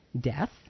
death